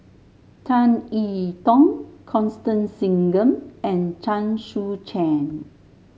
Tan I Tong Constance Singam and Chen Sucheng